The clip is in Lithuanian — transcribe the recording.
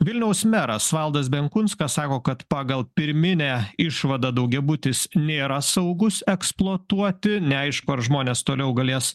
vilniaus meras valdas benkunskas sako kad pagal pirminę išvadą daugiabutis nėra saugus eksploatuoti neaišku ar žmonės toliau galės